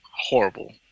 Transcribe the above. horrible